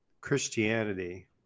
Christianity